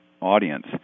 audience